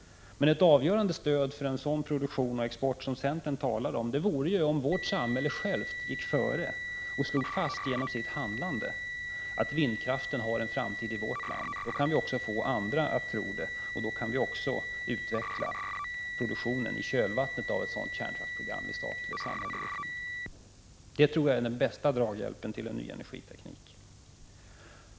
Men ett avgörande stöd för en sådan produktion och export som centern talar om vore ju att vårt samhälle självt gick före och slog fast genom sitt handlande att vindkraften har en framtid i vårt land. Då kan vi också få andra att tro det, och då kan vi också utveckla produktionen i kölvattnet av ett sådant program i samhällelig regi. Det tror jag skulle vara den bästa draghjälpen åt en ny energiteknik.